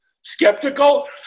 skeptical